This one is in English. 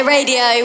Radio